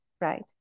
right